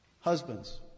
husbands